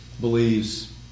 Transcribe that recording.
believes